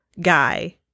guy